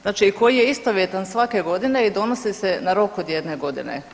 Znači i koji je istovjetan svake godine i donosi se na rok od 1 godine.